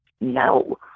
no